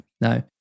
No